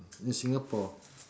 in Singapore